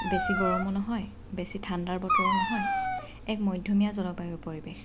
বেছি গৰমো নহয় বেছি ঠাণ্ডাৰ বতৰো নহয় এক মধ্যমীয়া জলবায়ু পৰিবেশ